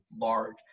large